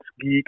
geek